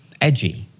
edgy